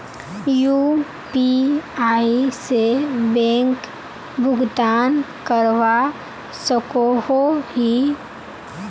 UPI से bank भुगतान करवा सकोहो ही?